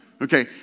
Okay